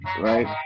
Right